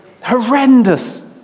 horrendous